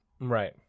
right